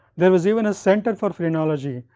there was even a center for phrenology,